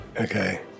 Okay